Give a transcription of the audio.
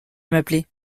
m’appeler